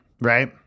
right